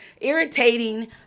irritating